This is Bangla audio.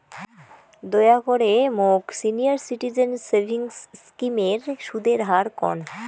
দয়া করে মোক সিনিয়র সিটিজেন সেভিংস স্কিমের সুদের হার কন